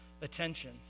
attention